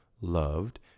loved